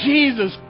Jesus